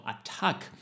attack